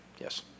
yes